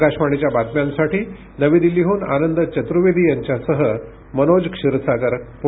आकाशवाणीच्या बातम्यांसाठी नवी दिल्लीहून आनंद चतुर्वेदी यांच्यासह मनोज क्षीरसागर पुणे